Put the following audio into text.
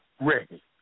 ready